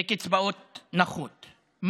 בקצבאות נכות.